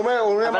הוא עונה משהו אחר.